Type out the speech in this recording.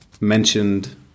mentioned